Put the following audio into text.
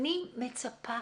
אני מצפה